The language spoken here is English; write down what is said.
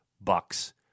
Bucks